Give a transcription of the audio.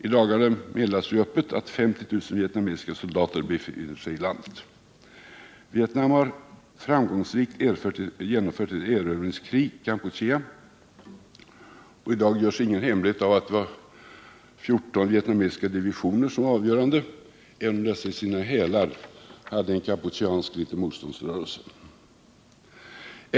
I dagarna meddelades det öppet att 50 000 vietnamesiska soldater befinner sig i landet. Vietnam har framgångsrikt genomfört ett erövringskrig i Kampuchea. I dag görs ingen hemlighet av att det var 14 vietnamesiska divisioner som var avgörande även om de i sina hälar hade en kampucheansk liten motståndsrörelse.